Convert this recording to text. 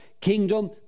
kingdom